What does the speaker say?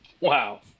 wow